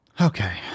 Okay